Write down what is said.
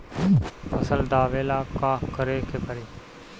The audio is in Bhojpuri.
फसल दावेला का करे के परी?